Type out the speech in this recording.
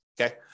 okay